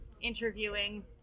interviewing